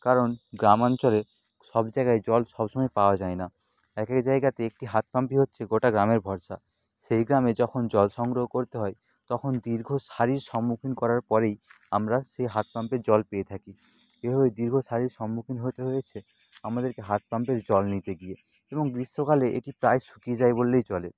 কারণ গ্রামাঞ্চলে সব জায়গায় জল সব সময় পাওয়া যায় না এক এক জায়গাতে একটি হাত পাম্পই হচ্ছে গোটা গ্রামের ভরসা সেই গ্রামে যখন জল সংগ্রহ করতে হয় তখন দীর্ঘ সারির সম্মুখীন করার পরেই আমরা সেই হাত পাম্পের জল পেয়ে থাকি এভাবে দীর্ঘ সারির সম্মুখীন হতে হয়েছে আমাদেরকে হাত পাম্পের জল নিতে গিয়ে এবং গ্রীষ্মকালে এটি প্রায় শুকিয়ে যায় বললেই চলে